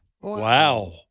Wow